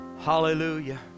Hallelujah